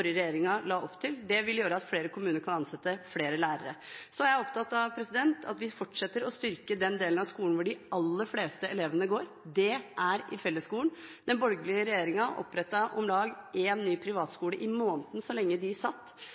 la opp til. Det vil gjøre at flere kommuner kan ansette flere lærere. Så er jeg opptatt av at vi fortsetter å styrke den delen av skolen hvor de aller fleste elevene går, og det er fellesskolen. Den borgerlige regjeringen opprettet om lag én ny privatskole i måneden så lenge de satt.